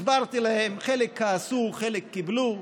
הסברתי להם, חלק כעסו, חלק קיבלו.